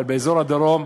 אבל באזור הדרום,